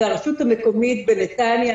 הרשות המקומית בנתניה,